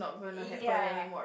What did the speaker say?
ya